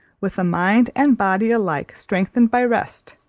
with a mind and body alike strengthened by rest,